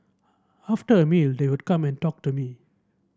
after a meal they would come and talk to me